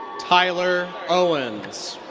tyler owens.